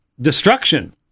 destruction